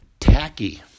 Tacky